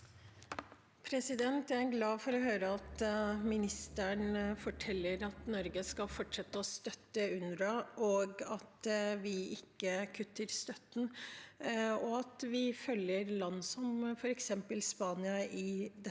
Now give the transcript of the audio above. Jeg er glad for å høre at ministeren forteller at Norge skal fortsette å støtte UNRWA, at vi ikke kutter støtten, og at vi følger land som f.eks. Spania i dette